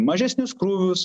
mažesnius krūvius